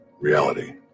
reality